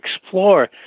explore